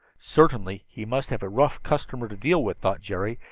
certainly he must have a rough customer to deal with, thought jerry,